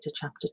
chapter